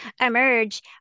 emerge